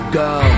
go